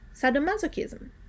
sadomasochism